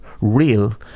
real